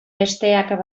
besteak